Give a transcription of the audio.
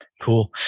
Cool